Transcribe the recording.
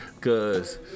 Cause